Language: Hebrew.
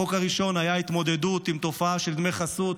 החוק הראשון היה התמודדות עם תופעה של דמי חסות,